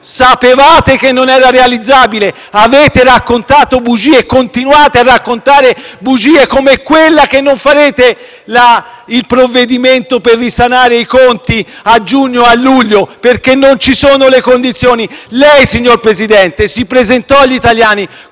bilancio non era realizzabile, avete raccontato e continuate a raccontare bugie, come quella che non adotterete il provvedimento per risanare i conti a giugno o luglio, perché non ci sono le condizioni. Lei, signor Presidente del Consiglio, si presentò agli italiani